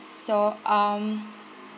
so um